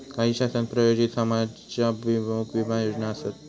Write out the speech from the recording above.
काही शासन प्रायोजित समाजाभिमुख विमा योजना आसत